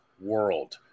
world